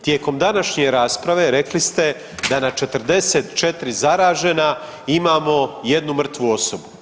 Tijekom današnje rasprave rekli ste da na 44 zaražena imamo jednu mrtvu osobu.